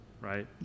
right